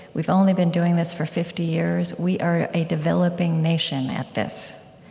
we've only been doing this for fifty years. we are a developing nation at this.